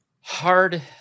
hard